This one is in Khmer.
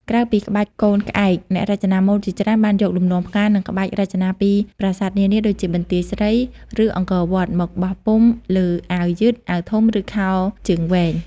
ក្រៅពីក្បាច់កូនក្អែក អ្នករចនាម៉ូដជាច្រើនបានយកលំនាំផ្កា និងក្បាច់រចនាពីប្រាសាទនានា ដូចជាបន្ទាយស្រី ឬអង្គរវត្ត មកបោះពុម្ព លើអាវយឺត អាវធំ ឬខោជើងវែង។